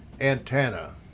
antenna